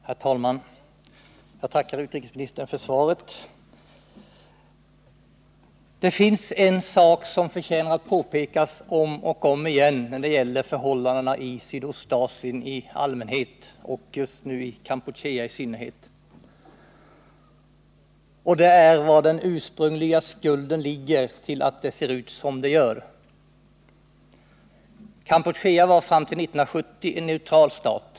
Herr talman! Jag tackar utrikesministern för svaret på min fråga. Det är en sak som förtjänar påpekas om och om igen när det gäller förhållandena i Sydostasien i allmänhet och just nu i Kampuchea i synnerhet, och det är var den ursprungliga skulden ligger till att det ser ut som det gör i Kampuchea. Kampuchea var fram till 1970 en neutral stat.